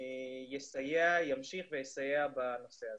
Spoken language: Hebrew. ימשיך ויסייע בנושא הזה.